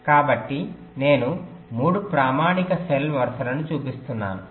కాబట్టి నేను 3 ప్రామాణిక సెల్ వరుసలను చూపిస్తున్నాను